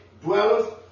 dwellers